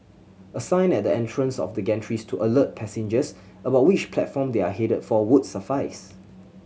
a sign at the entrance of the gantries to alert passengers about which platform they are headed for would suffice